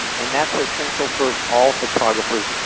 and that's essential for all photographers,